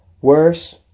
Worse